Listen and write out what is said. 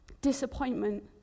disappointment